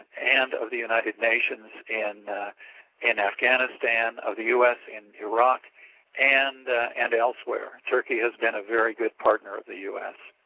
and of the united nations and in afghanistan of the u s. in iraq and and elsewhere. turkey has been a very good partner of the u s.